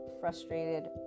frustrated